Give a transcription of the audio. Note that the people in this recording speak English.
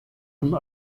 from